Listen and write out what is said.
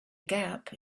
gap